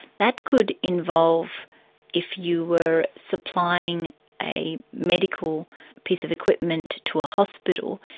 that could involve if you were supplying a medical piece of equipment to a hospital,